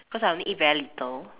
cause I only eat very little